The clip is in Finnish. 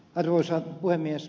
arvoisa puhemies